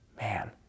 Man